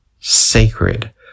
sacred